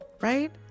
Right